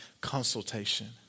consultation